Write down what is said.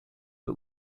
but